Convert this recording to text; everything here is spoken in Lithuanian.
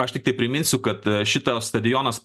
aš tiktai priminsiu kad šitas stadionas